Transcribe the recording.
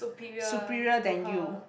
superior than you